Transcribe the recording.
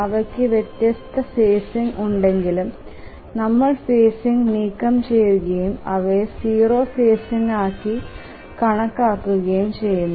അവയ്ക്ക് വ്യത്യസ്ത ഫേസിങ് ഉണ്ടെകിലും നമ്മൾ ഫേസിങ് നീക്കംചെയ്യുകയും അവയെ 0 ഫേസിങ് ആയി കണക്കാക്കുകയും ചെയ്യുന്നു